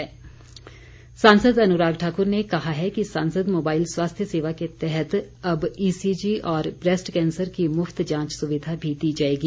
अनुराग ठाकुर सांसद अनुराग ठाकुर ने कहा है कि सांसद मोबाइल स्वास्थ्य सेवा के तहत अब ईसीजी और ब्रैस्ट कैंसर की मुफ्त जांच सुविधा भी दी जाएगी